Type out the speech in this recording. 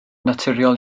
naturiol